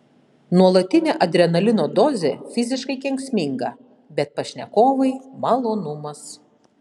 nuolatinė adrenalino dozė fiziškai kenksminga bet pašnekovai malonumas